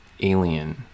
alien